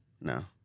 No